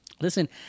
Listen